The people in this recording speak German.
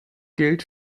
gilt